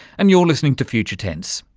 and you're listening to future tense.